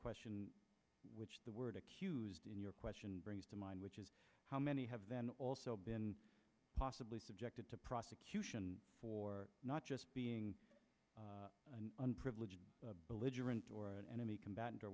question which the word accused in your question brings to mind which is how many have then also been possibly subjected to prosecution for not just being an unprivileged belligerent or an enemy combatant or